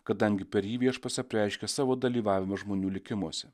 kadangi per jį viešpats apreiškia savo dalyvavimą žmonių likimuose